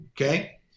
Okay